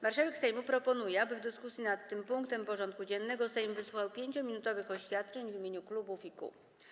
Marszałek Sejmu proponuje, aby w dyskusji nad tym punktem porządku dziennego Sejm wysłuchał 5-minutowych oświadczeń w imieniu klubów i kół.